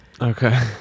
Okay